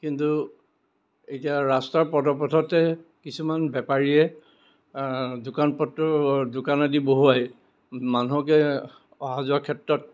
কিন্তু এতিয়া ৰাস্তাৰ পদপথতে কিছুমান বেপাৰীয়ে দোকান পত্ৰ দোকানেদি বহুৱাই মানুহকে অহা যোৱা ক্ষেত্ৰত